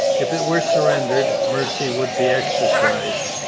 if it were surrendered, mercy would be exercised.